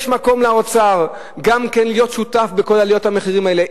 יש מקום לאוצר גם כן להיות שותף בכל עליות המחירים האלה,